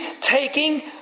taking